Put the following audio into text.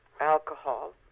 alcohol